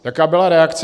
Jaká byla reakce?